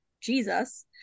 jesus